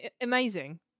amazing